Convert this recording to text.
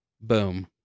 Boom